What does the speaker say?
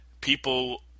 people